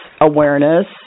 awareness